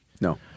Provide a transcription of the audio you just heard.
No